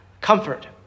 comfort